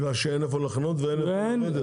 בגלל שאין איפה לחנות ואין איפה לרדת?